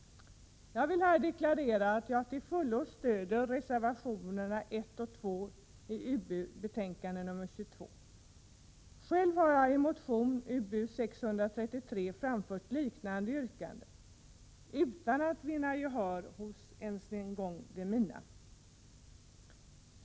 Jag vill här deklarera att jag till fullo stöder reservationerna 1 och 2 i utbildningsutskottets betänkande 22. Själv har jag i motion Ub633 framfört liknande yrkanden utan att vinna gehör för dem ens hos de mina.